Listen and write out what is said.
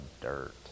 dirt